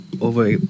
over